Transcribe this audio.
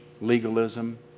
legalism